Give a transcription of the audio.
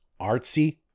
artsy